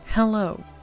Hello